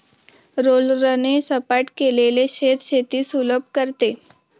रोलरने सपाट केलेले शेत शेती सुलभ करते